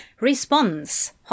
Response